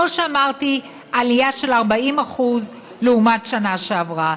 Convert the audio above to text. כמו שאמרתי, עלייה של 40% לעומת השנה שעברה.